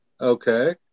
Okay